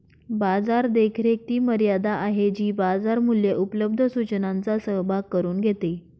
बाजार देखरेख ती मर्यादा आहे जी बाजार मूल्ये उपलब्ध सूचनांचा सहभाग करून घेते